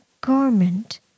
garment